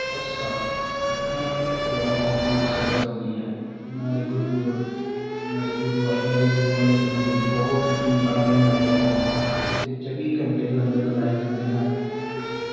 ਹਰ ਸਾਲ ਲੱਖਾਂ ਕਰੋੜਾਂ ਗਿਣਤੀ ਵਿੱਚ ਸੰਗਤ ਆਉਂਦੀ ਹੈ ਇਹਨਾਂ ਲਈ ਗੁਰਪੁਰਬ ਇਹਨਾਂ ਦੇ ਗੁਰਦੁਆ ਇਹਨਾਂ ਦੇ ਗੁਰੂਆਂ ਦੇ ਜਨਮ ਦਿਨ ਬਹੁਤ ਹੀ ਧੂਮ ਧਾਮ ਨਾਲ ਮਨਾਏ ਜਾਂਦੇ ਹਨ ਇੱਥੇ ਚੌਵੀ ਘੰਟੇ ਲੰਗਰ ਲਗਾਏ ਜਾਂਦੇ ਹਨ ਗੁ